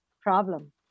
problem